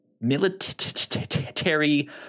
military